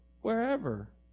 wherever